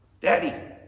daddy